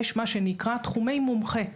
יש מה שנקרא תחומי מומחה.